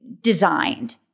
designed